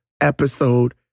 episode